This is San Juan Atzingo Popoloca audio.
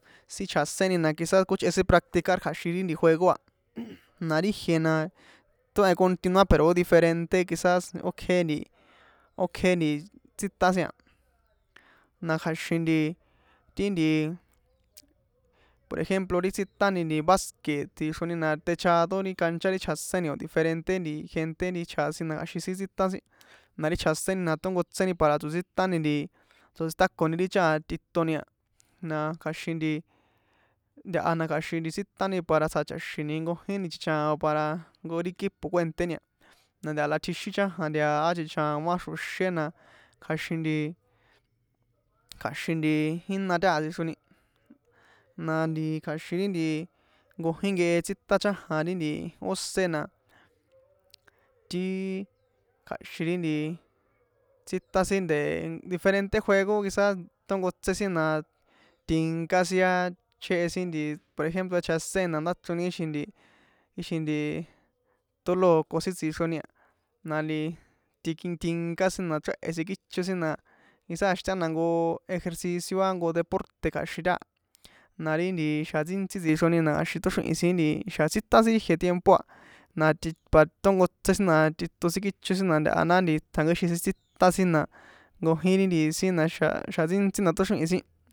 Sin chjaséni na quizá kjuíchꞌe sin practicar kja̱xin ri juego a na ri jie na tóhen continuar pero ó diferente quizás ókje nti ókje ti tsítan sin a na kja̱xin nti ti nti por ejemplo ri tsítani baske tsixroni na techado ri cancha ri chjaséni o̱ diferente nti gente ri chjasin na kja̱xin sin tsítan sin na ri chjaséni na tónkotséni para tsotsítan nti tsótsítakoni ri chajan tꞌitoni a na kja̱xin nti ntaha na kja̱xin nti tsítani para tsjacha̱xini nkojin nti chichaon para jnko ri equipo kuènténi a na ntaha na tjixin chajan de a á chichaon á xro̱xé na kja̱xin nti kj- a̱xin nti jína taha tsixroni na nti kja̱xin ri nti jnkojín nkehe tsítan chajan ri ósé na ti kja̱xin ri nti tsítan sin de diferente juego quizá tónkotsé sin na tinká sin á chjehe sin nti por ejemplo chjasĕni na ndăchroni kixin nti kixin nti tóloco sin tsixroni a na nti tinká sin na chréhe̱ sin kícho sin na quizá staha jnko ejercicio á jnko deporte̱ kja̱xin taha na ri xjan ntsíntsí tsixroni na kja̱xin tóxrihi̱n sin nti xa̱ tsítan sin ri ijie tiempo a na tji pa tónkotsé sin na tꞌiton kícho sin na ntaha tjankíxin tsítan sin na nkojin ri nti sin na̱xa̱ xa̱ ntsíntsí na tóxrihi̱n sin ixi.